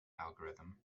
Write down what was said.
algorithm